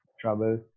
trouble